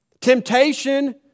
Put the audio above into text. Temptation